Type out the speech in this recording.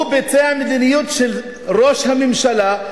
הוא ביצע מדיניות של ראש הממשלה,